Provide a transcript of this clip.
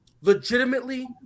legitimately